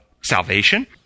salvation